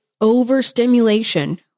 overstimulation